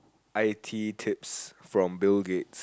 i_t tips from Bill-Gate